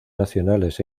nacionales